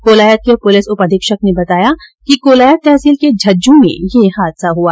कोलायत के पुलिस उपअधीक्षक ने बताया कि कोलायत तहसील के झज्झू में ये हादसा हुआ